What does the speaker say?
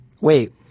Wait